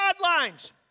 guidelines